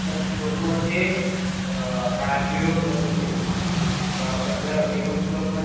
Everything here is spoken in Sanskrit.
तत् श्लोकमध्ये राजयोगः वदन्ति तत्र एकं श्लोकमध्ये